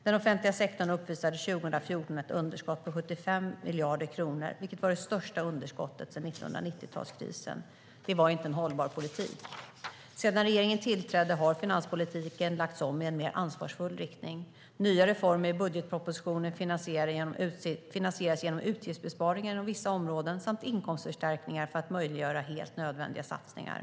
Den offentliga sektorn uppvisade 2014 ett underskott på 75 miljarder kronor, vilket var det största underskottet sedan 1990-talskrisen. Det var inte en hållbar politik. Sedan regeringen tillträdde har finanspolitiken lagts om i en mer ansvarsfull riktning. Nya reformer i budgetpropositionen finansieras genom utgiftsbesparingar inom vissa områden samt inkomstförstärkningar för att möjliggöra helt nödvändiga satsningar.